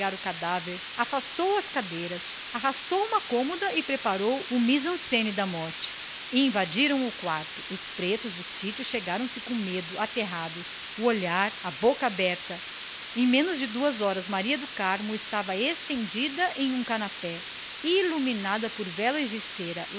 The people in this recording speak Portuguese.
o cadáver afastou cadeiras arrastou uma cômoda e preparou a encenação da morte invadiram o quarto os pretos do sítio chegavam se com medo apavorados resmungando monossílabos guturais o olhar parvo a boca aberta em menos de duas horas maria do carmo estava estendida em um canapé iluminada por velas de cera